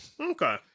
Okay